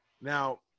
Now